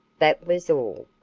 that was all.